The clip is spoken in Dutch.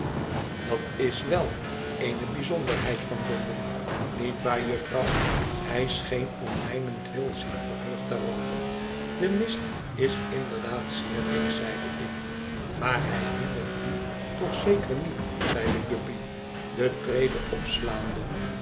dat is wel eene bijzonderheid van londen niet waar jufvrouw hij scheen om mijnentwil zeer verheugd daarover de mist is inderdaad zeer dik zeide ik maar hij hindert u toch zeker niet zeide guppy de trede opslaande